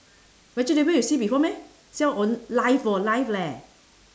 vegetable you see before meh sell on live hor live leh